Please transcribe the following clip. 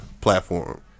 platform